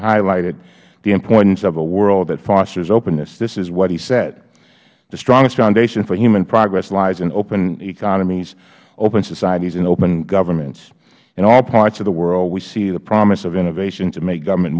highlighted the importance of a world that fosters openness this is what he said the strongest foundation for human progress lies in open economies open societies and open governments in all parts of the world we see the promise of innovation to make government